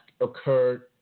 occurred